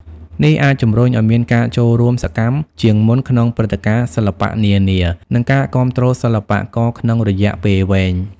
នេះអាចជំរុញឲ្យមានការចូលរួមសកម្មជាងមុនក្នុងព្រឹត្តិការណ៍សិល្បៈនានា និងការគាំទ្រសិល្បករក្នុងរយៈពេលវែង។